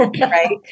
Right